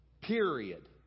period